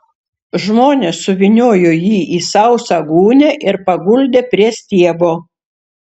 žmonės suvyniojo jį į sausą gūnią ir paguldė prie stiebo